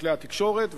בכלי התקשורת,